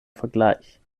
vergleich